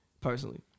personally